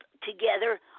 together